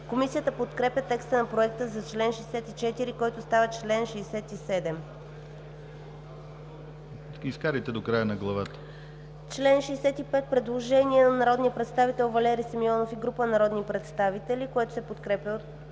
Комисията подкрепя текста на Проекта за чл. 64, който става чл. 67. По чл. 65 има предложение на народния представител Валери Симеонов и група народни представители, което се подкрепя